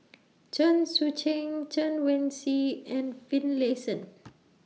Chen Sucheng Chen Wen Hsi and Finlayson